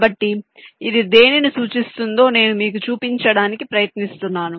కాబట్టి ఇది దేనిని సూచిస్తుంది నేను మీకు చూపించడానికి ప్రయత్నిస్తున్నాను